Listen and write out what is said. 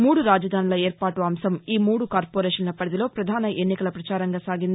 మూడు రాజధాసుల ఏర్పాటు అంశం ఈ మూడు కార్పొరేషన్ల పరిధిలో ప్రధాన ఎన్నికల ప్రచారంగా సాగింది